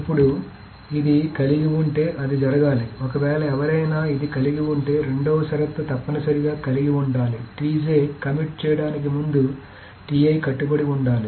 ఇప్పుడు ఇది కలిగి ఉంటే అది జరగాలి ఒకవేళ ఎవరైనా ఇది కలిగి ఉంటే రెండవ షరతు తప్పనిసరిగా కలిగి ఉండాలి కమిట్ చేయడానికి ముందు కట్టుబడి ఉండాలి